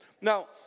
Now